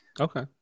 Okay